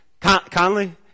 Conley